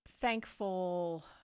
thankful